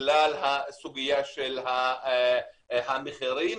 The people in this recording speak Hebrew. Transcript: בגלל הסוגיה של המחירים,